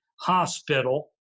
hospital